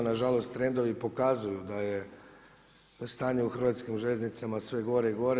Nažalost, trendovi pokazuju, da je stanje u Hrvatskim željeznicama sve gore i gore.